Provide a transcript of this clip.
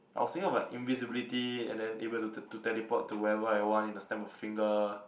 I was thinking of like invisibility and then able to to teleport to wherever I want in a snap of finger